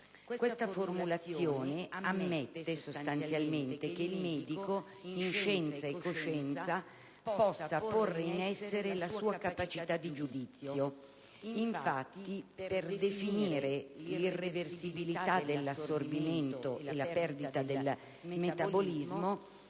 Tale formulazione ammette sostanzialmente che il medico, in scienza e coscienza, possa porre in essere la sua capacità di giudizio. Infatti, per definire l'irreversibilità dell'assorbimento e la perdita del metabolismo